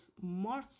more